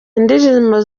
indirimbo